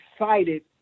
excited